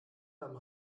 beim